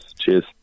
cheers